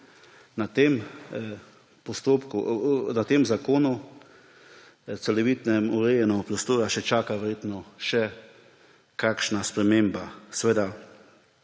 na tem zakonu o celovitem urejanju prostora čaka verjetno še kakšna sprememba. Seveda